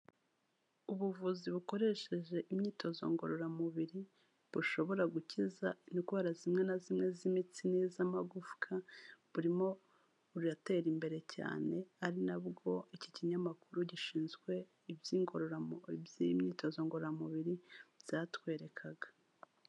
Ubuvuzi bukoresheje imyitozo ngororamubiri bushobora gukiza indwara zimwe na zimwe z'imitsi n'iz'amagufwa, burimo butera imbere cyane ari nabwo iki kinyamakuru gishinzwe iby'ingorora by'imyitozo ngororamubiri byatwerekaga.